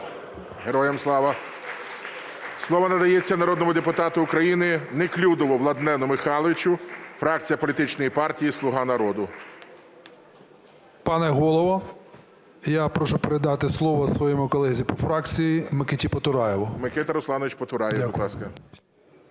Героям Слава! Слово надається народному депутату України Неклюдову Владлену Михайловичу, фракція політичної партії "Слуга народу". 14:10:23 НЕКЛЮДОВ В.М. Пане Голово, я прошу передати слово своєму колезі по фракції Микиті Потураєву. Дякую. ГОЛОВУЮЧИЙ. Микита Русланович Потураєв, будь ласка.